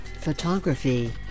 photography